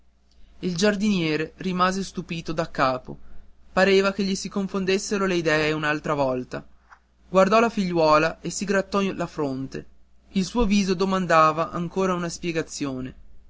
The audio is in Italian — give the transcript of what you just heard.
il giardiniere rimase stupito daccapo pareva che gli si confondessero le idee un'altra volta guardò la figliuola e si grattò la fronte il suo viso domandava ancora una spiegazione